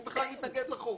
אני בכלל מתנגד לחוק.